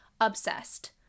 obsessed